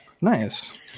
Nice